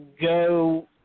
go